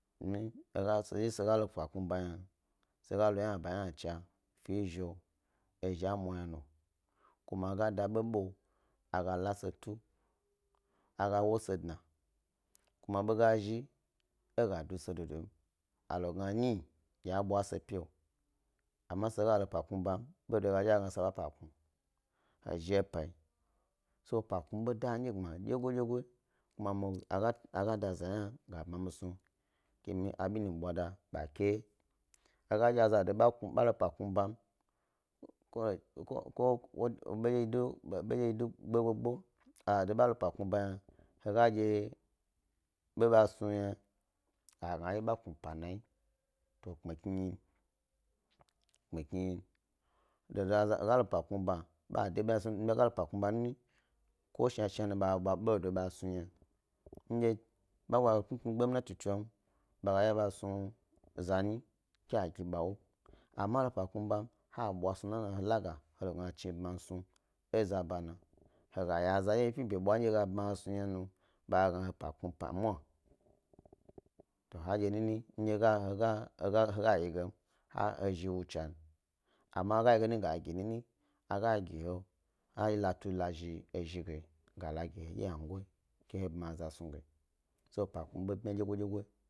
Sedye ndye se ga lo pa npmi ba yna se ga lo ynaba ynacha fi ezhi ezhi hna wo mwna hna nu kuma he ga da ɓoɓo aga la se tu, aga wo se dna ku ma ebo bog a zhi aga do se dudum a logna nyi dye a ɓo ese piwo amma sega lo pa kpmi bam bedo ga zhi, aga gna se ɓa epa kpmi he zhi he payi, so pa kpmi ɓo da midye gbma dye goddyegoyi kuma aga da za hna ga bma mi snu kea bi nyi bwada ɓa ke wye, he dye azado ɓa lo epa kpmi bam, ko ko ko bedye do be dye do, gba gba gbau, a zado yna hedye ɓoɓe snu yna, a ga gna ba kpmi pa nayi to kpmi kni, kpmi kni, dada a za ga lopa kpmi ba, ɓa de ɓo hna snu yna, ndye ɓa bwa tnu tnu e gbanati tsom ɓa ga iya bas nu zanyi ke a gi ba wo, amma he lo pa kpmi bam he snu snu nana he laga he sna he chi ɓamsnu eza bana he ga yi azafi e bebwa ndye be gab ma he snu ynanu ɓe ga gna he pa kpmi ga yi gem, he ezhi wu chan amma he ga yi ge ga gi nini a ga gi he ha latu la zhi ezhi ge, gala gi hedye yna goyi so pa kpmi ɓo bmya dye godyego.